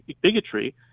bigotry